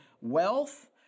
wealth